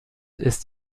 ist